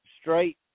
straight